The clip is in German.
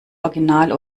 original